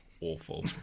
awful